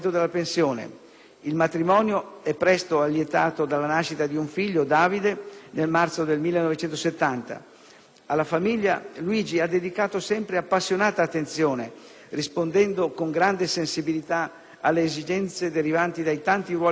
Il matrimonio è presto allietato dalla nascita di un figlio, Davide (nel marzo 1970). Alla famiglia Luigi ha dedicato sempre appassionata attenzione, rispondendo con grande sensibilità alle esigenze derivanti dai tanti ruoli ricoperti: